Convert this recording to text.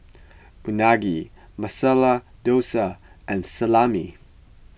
Unagi Masala Dosa and Salami